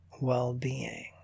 well-being